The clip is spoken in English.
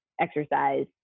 exercise